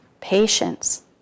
Patience